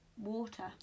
water